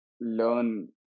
learn